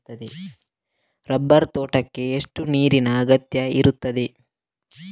Rubber ತೋಟಕ್ಕೆ ಎಷ್ಟು ನೀರಿನ ಅಗತ್ಯ ಇರುತ್ತದೆ?